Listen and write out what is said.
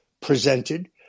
presented